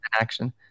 action